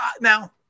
Now